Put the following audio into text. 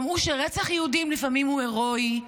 שמעו שרצח יהודים לפעמים הוא הירואי,